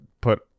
put